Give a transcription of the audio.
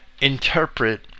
interpret